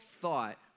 thought